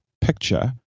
picture